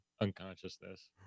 unconsciousness